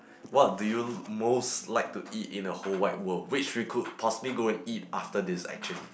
what do you most like to eat in a whole wide world which we could possibly go and eat after this actually